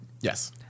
Yes